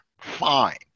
fine